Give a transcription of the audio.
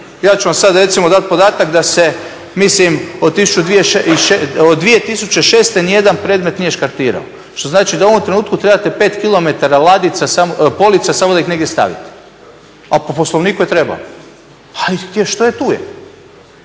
ja ću vam sada recimo dati podatak da se, mislim od 2006. ni jedan predmet nije škartirao što znači da u ovom trenutku trebate 5 kilometara polica samo da ih negdje stavite, a po Poslovniku je trebalo. Ali što je tu je.